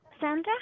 Sandra